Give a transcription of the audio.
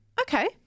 Okay